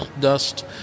dust